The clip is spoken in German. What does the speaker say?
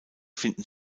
finden